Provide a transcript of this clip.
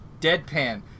deadpan